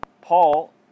Paul